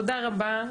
תודה רבה.